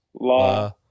la